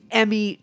emmy